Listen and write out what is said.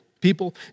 People